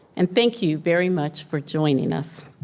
and thank you very much for joining us.